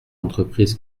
entreprises